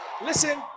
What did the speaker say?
Listen